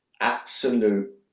Absolute